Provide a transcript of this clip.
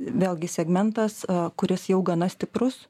vėlgi segmentas kuris jau gana stiprus